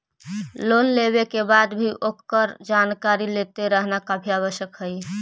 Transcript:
loan लेवे के बाद भी ओकर जानकारी लेते रहना काफी आवश्यक हइ